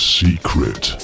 secret